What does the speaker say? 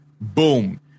boom